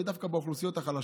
ודווקא באוכלוסיות החלשות.